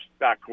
backcourt